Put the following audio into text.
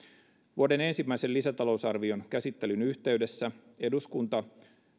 vuoden ensimmäisen lisätalousarvion käsittelyn yhteydessä eduskunta